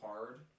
hard